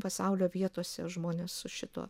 pasaulio vietose žmonės su šituo